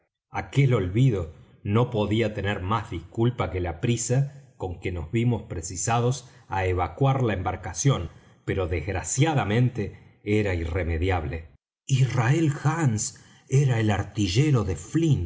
aquel olvido no podía tener más disculpa que la prisa con que nos vimos precisados á evacuar la embarcación pero desgraciadamente era irremediable israel hands era el artillero de flint